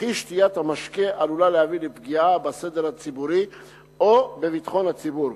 וכי שתיית המשקה עלולה להביא לפגיעה בסדר הציבורי או בביטחון הציבור.